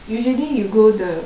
usually you go the